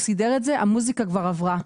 הוא סידר את זה והמוזיקה כבר עברה.